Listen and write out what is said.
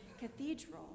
Cathedral